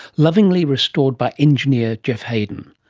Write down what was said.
lovingly restored by engineer geoff haden.